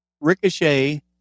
Ricochet